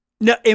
No